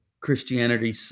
Christianity